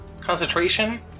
concentration